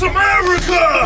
America